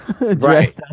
right